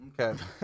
Okay